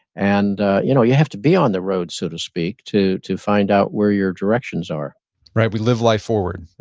and you know you have to be on the road, so to speak, to to find out where your directions are right. we live life forward,